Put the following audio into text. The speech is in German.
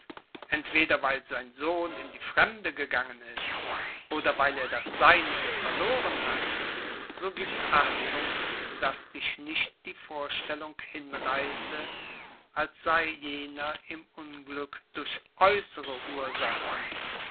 entweder weil sein sohn in die fremde gegangen ist oder weil er das seinige verloren hat so gib achtung daß dich nicht die vorstellung hinreiße als sei jener im unglück durch äußere ursachen